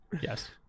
yes